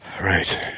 Right